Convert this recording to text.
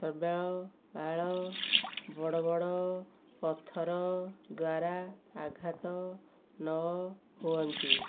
ବଡ଼ ବଡ଼ ପଥର ଦ୍ୱାରା ଆଘାତ ନ ହୁଅନ୍ତି